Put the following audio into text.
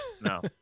No